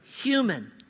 human